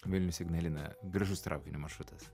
vilnius ignalina gražus traukinio maršrutas